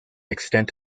extent